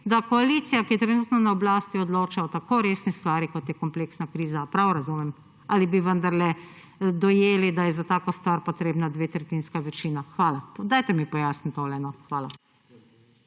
da koalicija, ki je trenutno na oblasti, odloča o tako resni stvari, kot je kompleksna kriza. Ali prav razumem? Ali bi vendarle dojeli, da je za tako stvar potrebna dvotretjinska večina? Dajte mi pojasniti tole. Hvala.